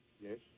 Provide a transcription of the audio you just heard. Yes